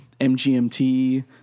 MGMT